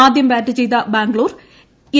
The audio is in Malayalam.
ആദ്യം ബാറ്റ് ചെയ്ത ബാംഗ്ലൂർ എ